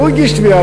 הוא הגיש תביעה.